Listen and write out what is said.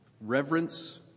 reverence